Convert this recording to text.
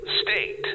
State